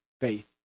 faith